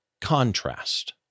contrast